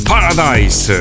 Paradise